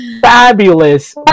fabulous